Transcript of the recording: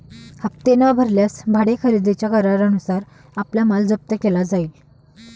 हप्ते न भरल्यास भाडे खरेदीच्या करारानुसार आपला माल जप्त केला जाईल